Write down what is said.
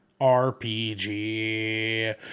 RPG